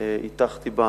הטחתי בה.